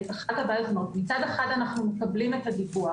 מצד אחד אנו מקבלים את הדיווח